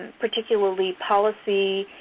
particularly policy,